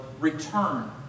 return